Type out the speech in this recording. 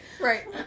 Right